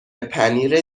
پنیر